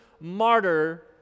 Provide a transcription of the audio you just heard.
martyr